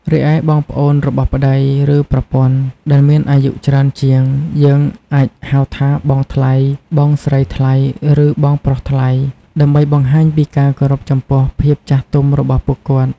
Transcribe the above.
រីឯបងប្អូនរបស់ប្ដី ឬប្រពន្ធដែលមានអាយុច្រើនជាង យើងអាចហៅថា បងថ្លៃ, បងស្រីថ្លៃ ឬ បងប្រុសថ្លៃ ដើម្បីបង្ហាញពីការគោរពចំពោះភាពចាស់ទុំរបស់ពួកគាត់។